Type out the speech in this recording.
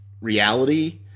reality